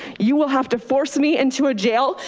you will have to force me into a jail,